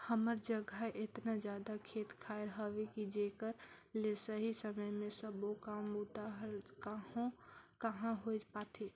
हमर जघा एतना जादा खेत खायर हवे कि जेकर ले सही समय मे सबो काम बूता हर कहाँ होए पाथे